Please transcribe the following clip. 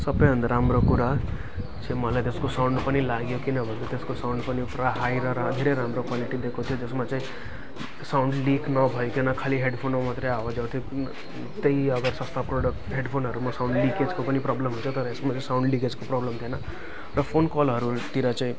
सबैभन्दा राम्रो कुरा चाहिँ मलाई त्यसको साउन्ड पनि लाग्यो किनभने त्यसको साउन्ड पनि पुरा हाई र धेरै राम्रो क्वालिटी दिएको थियो त्यसमा चाहिँ साउन्ड लिक नभइकन खालि हेडफोनमा मात्रै आवाज आउँथ्यो त्यही अब सस्ता प्रडक्ट हेडफोनहरूमा साउन्ड लिकेजको पनि प्रब्लम हुन्छ तर यसमा चाहिँ साउन्ड लिकेजको प्रब्लम हुँदैन र फोनकलहरूतिर चाहिँ